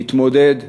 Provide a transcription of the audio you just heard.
להתמודד,